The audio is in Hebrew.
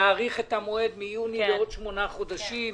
להאריך את המועד מיוני בעוד שמונה חודשים.